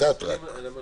בשעה 12:01.